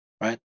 right